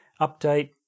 update